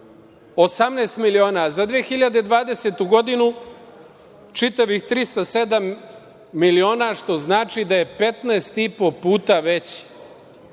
18 miliona, a za 2020. godinu čitavih 307 miliona, što znači da je petnaest